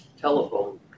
telephone